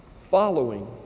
following